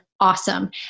awesome